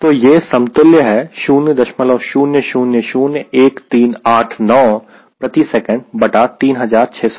तो यह समतुल्य है 00001389 प्रति सेकंड बटा 3600 के